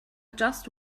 just